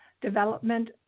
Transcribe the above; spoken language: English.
development